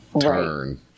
turn